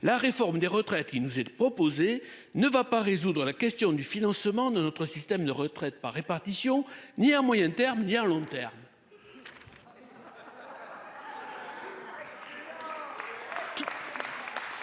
la réforme des retraites, il nous est opposé ne va pas résoudre la question du financement de notre système de retraite par répartition, ni à moyen terme ni à long terme.